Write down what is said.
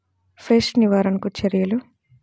Pest నివారణకు చర్యలు?